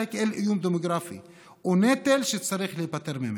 כאל איום דמוגרפי ונטל שצריך להיפטר ממנו,